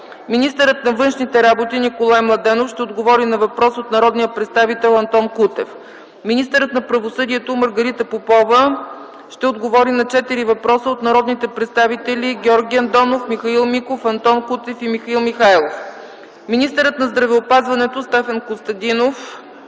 Министърът на външните работи Николай Младенов ще отговори на въпрос от народния представител Антон Кутев. Министърът на правосъдието Маргарита Попова ще отговори на четири въпроса от народните представители Георги Андонов, Михаил Миков, Антон Кутев и Михаил Михайлов. Министърът на здравеопазването Стефан Константинов